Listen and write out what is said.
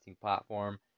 platform